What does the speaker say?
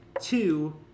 Two